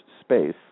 space